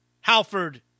Halford